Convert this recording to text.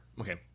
Okay